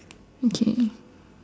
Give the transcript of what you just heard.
okay